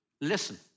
Listen